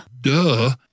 duh